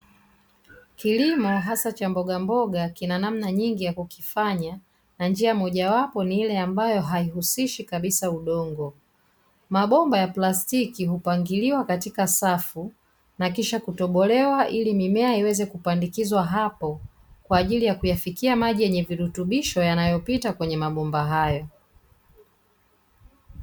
Kilimo hasa cha mbogamboga kina namna nyingi ya kukifanya na njia moja wapo ni ile ambayo haihusishi kabisa udongo, mabomba ya plastiki hupangiliwa katika safu na kisha kutobolewa ili mimea iweze kupandikizwa hapo kwa ajili ya kuyafikia maji yenye virutubisho yanayopita kwenye mabomba hayo.